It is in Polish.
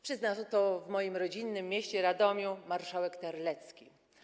Przyznał to w moim rodzinnym mieście Radomiu marszałek Terlecki.